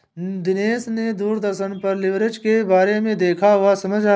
दिनेश ने दूरदर्शन पर लिवरेज के बारे में देखा वह समझा